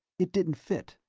it didn't fit.